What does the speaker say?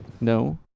No